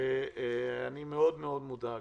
אני מאוד מאוד מודאג.